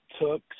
took